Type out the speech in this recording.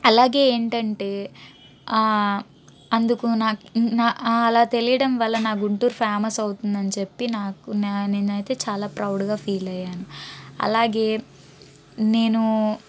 అలాగే ఏంటంటే అందుకు నా నా అలా తెలియడం వల్ల నా గుంటూరు ఫేమస్ అవుతుందని చెప్పి నాకు నాను నేనైతే చాలా ప్రౌడ్గా ఫీల్ అయ్యాను అలాగే నేను